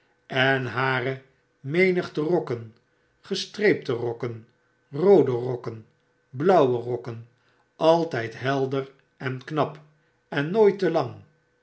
en hare menigte rokken gestreepie rokken roode rokken blauwe rokken altyd helder en knap en nooit te lang